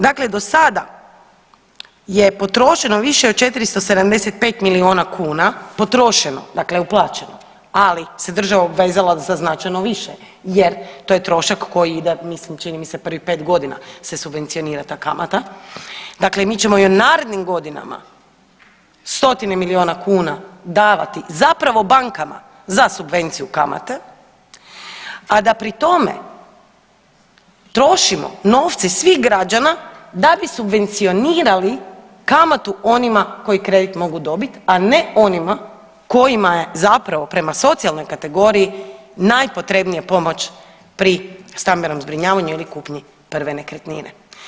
Dakle, do sada je potrošeno više od 475 milijuna kuna, potrošeno, dakle uplaćeno ali se država obvezala za značajno više jer to je trošak koji ide, mislim čini mi se prvih 5 godina se subvencionira ta kamata, dakle mi ćemo i u narednim godinama stotine milijuna kuna davati zapravo bankama za subvenciju kamate, a da pritome trošimo novce svih građana da bi subvencionirali kamatu onima koji kredit mogu dobit a ne onima kojima je zapravo prema socijalnoj kategoriji najpotrebnija pomoć pri stambenom zbrinjavanju ili kupnju prve nekretnine.